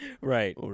Right